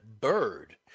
Bird